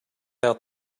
out